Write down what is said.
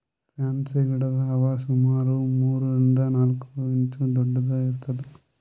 fancy ಗಿಡದ್ ಹೂವಾ ಸುಮಾರ್ ಮೂರರಿಂದ್ ನಾಲ್ಕ್ ಇಂಚ್ ದೊಡ್ಡದ್ ಇರ್ತವ್